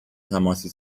تماسی